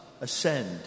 ascend